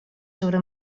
sobre